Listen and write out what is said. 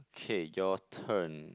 okay your turn